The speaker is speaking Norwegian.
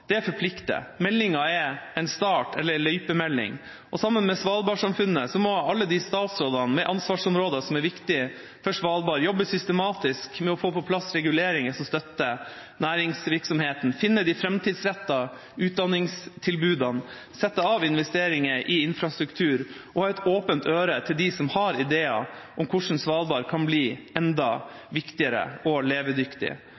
Det forplikter. Meldinga er en start, eller en løypemelding. Sammen med Svalbard-samfunnet må alle de statsrådene med ansvarsområder som er viktige for Svalbard, jobbe systematisk med å få på plass reguleringer som støtter næringsvirksomheten, finne de framtidsrettede utdanningstilbudene, sette av til investeringer i infrastruktur og ha et åpent øre til dem som har ideer om hvordan Svalbard kan bli